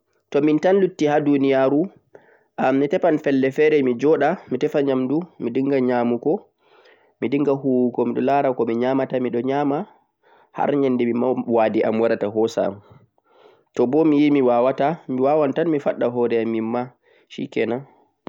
To mintan lutti ha duniyaru mitefan pelle fere joɗa mi tefa nyamdu mi dinga nyamugo mi dinga huwugo miɗon lara ko mi nyamata har nyande mi wade'am warata hosa'am tobo miyi miwawata mi wawan tan mi faɗɗa hore'am mimma shikenan.